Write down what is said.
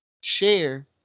share